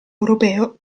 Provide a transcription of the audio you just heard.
europeo